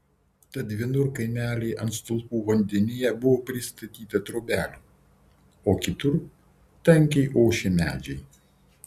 tad vienur kaimelyje ant stulpų vandenyje buvo pristatyta trobelių o kitur tankiai ošė medžiai